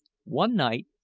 one night,